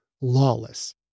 lawless